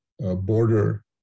border